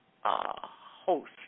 host